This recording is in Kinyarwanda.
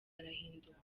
arahinduka